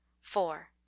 four